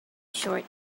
short